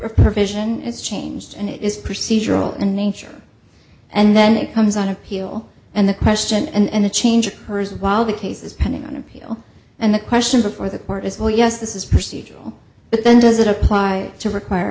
a provision is changed and it is procedural in nature and then it comes on appeal and the question and the change occurs while the case is pending on appeal and the question before the court is well yes this is procedural but then does it apply to require